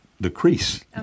decrease